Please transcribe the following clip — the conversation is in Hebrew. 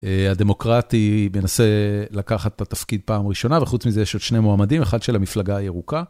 הדמוקרטי מנסה לקחת את התפקיד פעם ראשונה, וחוץ מזה יש עוד שני מועמדים, אחד של המפלגה הירוקה.